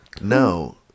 No